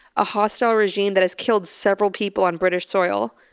a hostile regime that has killed several people on british soil.